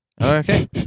Okay